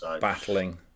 Battling